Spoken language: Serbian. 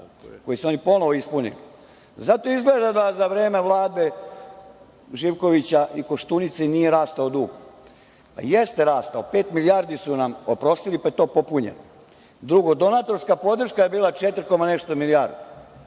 koje su oni ponovo ispunili. Zato izgleda da za vreme Vlade Živkovića i Koštunice nije rastao dug. Jeste rastao. Pet milijardi su nam oprostili, pa je to popunjeno. Drugo, donatorska podrška je bila četiri koma nešto milijardi,